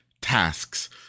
tasks